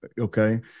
Okay